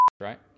right